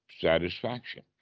satisfaction